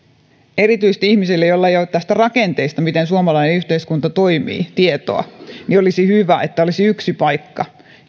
erityisesti ihmisille joilla ei ole tietoa tästä rakenteesta jolla suomalainen yhteiskunta toimii olisi hyvä että olisi yksi paikka